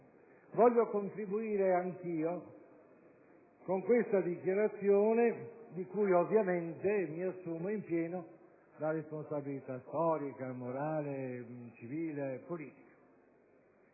desidero contribuire con la seguente dichiarazione, di cui ovviamente mi assumo in pieno la responsabilità storica, morale, civile e politica.